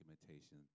documentation